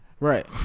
Right